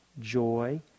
joy